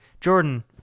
jordan